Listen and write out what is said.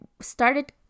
started